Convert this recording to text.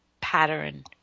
pattern